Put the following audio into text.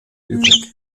übrig